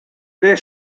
their